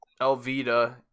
elvita